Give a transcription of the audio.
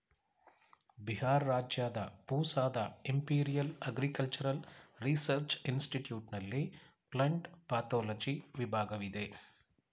ಬಿಹಾರ್ ರಾಜ್ಯದ ಪೂಸಾದ Imperial Agricultural Research Institute ನಲ್ಲಿ ಪ್ಲಂಟ್ ಪತೋಲಜಿ ವಿಭಾಗವಿದೆ